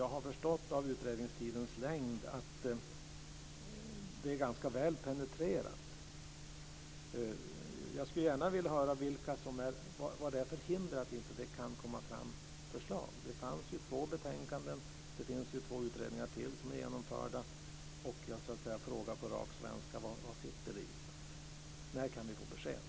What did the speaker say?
Jag har av utredningstidens längd förstått att det hela är ganska väl penetrerat. Vad finns det för hinder för att det inte kommer fram förslag? Det fanns ju två betänkanden och två utredningar genomförda, och jag frågar på rak svenska: Vad beror det på? När kan vi få besked?